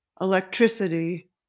electricity